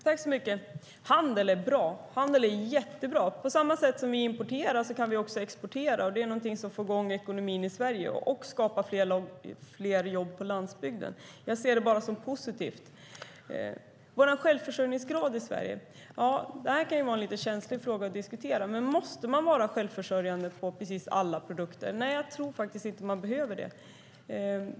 Fru talman! Handel är jättebra. På samma sätt som vi importerar kan vi exportera, och det är någonting som får i gång ekonomin i Sverige och skapar fler jobb på landsbygden. Jag ser det bara som positivt. Vår självförsörjningsgrad i Sverige kan vara en lite känslig fråga att diskutera. Måste man vara självförsörjande när det gäller precis alla produkter? Nej, jag tror faktiskt inte att man behöver det.